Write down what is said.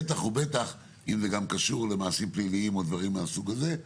בטח ובטח אם זה גם קשור למעשים פליליים או דברים מהסוג הזה,